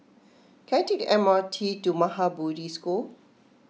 can I take M R T to Maha Bodhi School